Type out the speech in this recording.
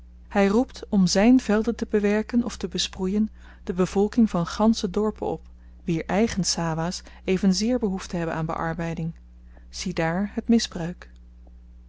hy roept om zyn velden te bewerken of te besproeien de bevolking van gansche dorpen op wier eigen sawah's evenzeer behoefte hebben aan bearbeiding ziedaar het misbruik